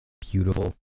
beautiful